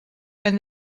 when